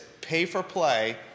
pay-for-play